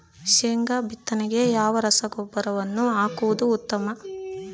ಶೇಂಗಾ ಬಿತ್ತನೆಗೆ ಯಾವ ರಸಗೊಬ್ಬರವನ್ನು ಹಾಕುವುದು ಉತ್ತಮ?